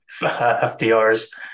FDR's